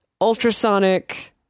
ultrasonic